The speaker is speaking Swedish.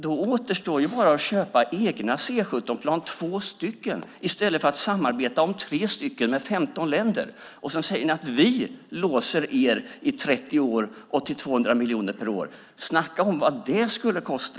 Då återstår bara att köpa två egna C 17-plan i stället för att samarbeta om tre med 15 länder. Sedan säger ni att vi låser er i 30 år till en kostnad av 200 miljoner per år. Snacka om vad alternativet skulle kosta.